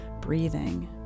breathing